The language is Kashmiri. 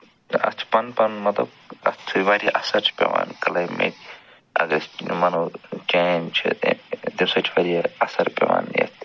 تہٕ اَتھ چھِ پَنُن پَنُن مطلب اَتھ یُتھُے واریاہ اَثر چھِ پٮ۪وان کٕلایمیٹ اگر أسۍ وَنو چینج چھِ تَمہِ سۭتۍ چھِ واریاہ اَثر پٮ۪وان یَتھ